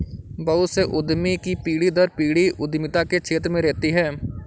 बहुत से उद्यमी की पीढ़ी दर पीढ़ी उद्यमिता के क्षेत्र में रहती है